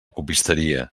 copisteria